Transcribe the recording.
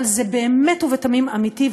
אבל זה באמת ובתמים אמיתי,